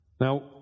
Now